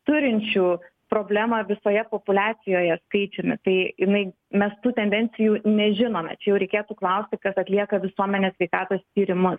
turinčių problemą visoje populiacijoje skaičiumi tai jinai mes tų tendencijų nežinome čia jau reikėtų klausti kas atlieka visuomenės sveikatos tyrimus